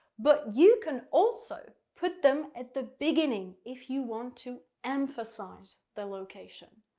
but you can also put them at the beginning if you want to emphasize the location.